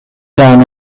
down